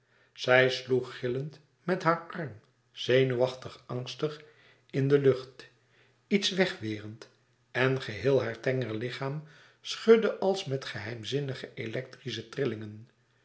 zij sloeg gillend met haar arm zenuwachtig angstig in de lucht iets wegwerend en geheel haar tenger lichaam schudde als met geheimzinnige electrische trillingen